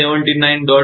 1 Ampere